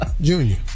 Junior